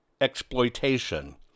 exploitation